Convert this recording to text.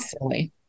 silly